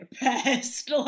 best